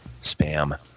spam